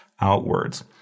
outwards